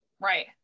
Right